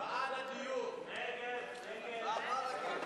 את הצעת חוק